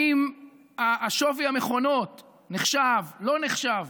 האם שווי המכונות נחשב, לא נחשב.